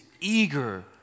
eager